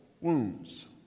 wounds